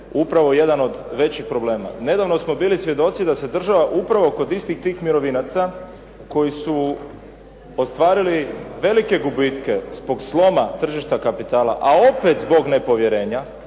upravo jedan od većih problema. Nedavno smo bili svjedoci da se država upravo kod istih tih mirovinaca koji su ostvarili velike gubitke zbog sloma tržišta kapitala, a opet zbog nepovjerenja